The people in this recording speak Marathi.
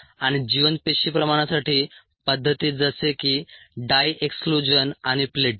आणि जिवंत पेशी प्रमाणासाठी पद्धती जसे की डाय एक्सक्लूजन आणि प्लेटिंग